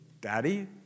Daddy